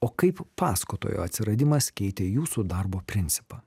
o kaip pasakotojo atsiradimas keitė jūsų darbo principą